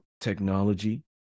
technology